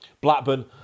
Blackburn